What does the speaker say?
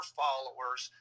followers